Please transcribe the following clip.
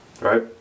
right